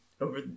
over